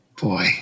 Boy